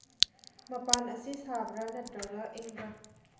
ꯃꯄꯥꯟ ꯑꯁꯤ ꯁꯥꯕ꯭ꯔꯥ ꯅꯠꯇ꯭ꯔꯒ ꯏꯪꯕ꯭ꯔꯥ